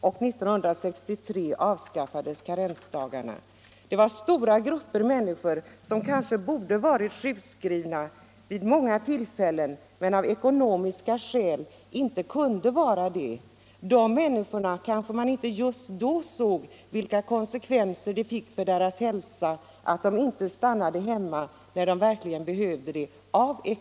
Och 1963 avskaffades karensdagarna. Det var stora grupper människor som kanske borde varit sjukskrivna vid många tillfällen men av ekonomiska skäl inte kunde vara det. Man kanske inte just då såg vilka konsekvenser det fick för dessa människors hälsa att de av ekonomiska skäl inte kunde stanna hemma när de verkligen behövde det.